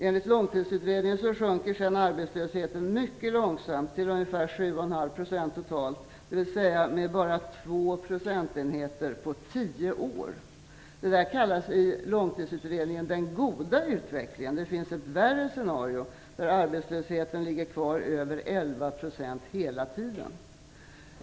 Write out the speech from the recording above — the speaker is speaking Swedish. Enligt Långtidsutredningen sjunker sedan arbetslösheten mycket långsamt till ungefär 7,5 % totalt, dvs. med bara 2 procentenheter på tio år. Detta kallas i Långtidsutredningen "den goda utvecklingen" - det finns också ett värre scenario, där arbetslösheten ligger kvar på över 11 % hela tiden.